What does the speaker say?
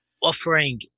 offering